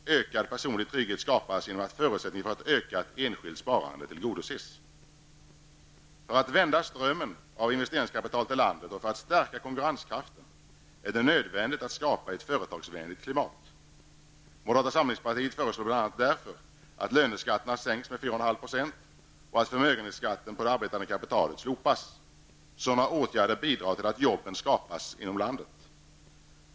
Ökad personlig trygghet åstadkommes genom att förutsättningen för ett ökat enskilt sparande skapas. För att vända strömmen av investeringskapital till landet och för att stärka konkurrenskraften är det nödvändigt att skapa ett företagsvänligt klimat. Moderata samlingspartiet föreslår bl.a. därför att löneskatterna sänks med 4,5 % och att förmögenhetsskatten på det arbetande kapitalet slopas. Sådana åtgärder bidrar till att jobben skapas inom landet.